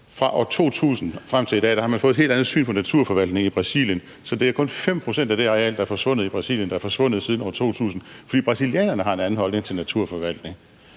Fra år 2000 og frem til i dag har man fået et helt andet syn på naturforvaltning i Brasilien, så det er kun 5 pct. af det areal, der er forsvundet i Brasilien, der er forsvundet siden år 2000, for brasilianerne har fået en anden holdning til naturforvaltning.